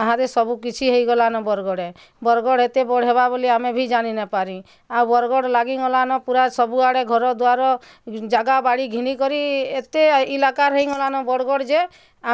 ଆହାଦେ ସବୁ କିଛି ହେଇଗଲାନୁ ବରଗଡ଼େ ବରଗଡ଼ ଏତେ ବଢ଼େବା ବୋଲି ଆମେ ଭି ଜାଣି ନା ପାରି ଆଉ ବରଗଡ଼ ଲାଗି ଗଲାନ ପୁରା ସବୁଆଡ଼େ ଘର ଦ୍ୱାର ଜାଗା ବାଡ଼ି ଘିନି କରି ଏତେ ଇଲାକାର ହେଇଗଲାନ ବରଗଡ଼ ଯେ